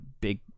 big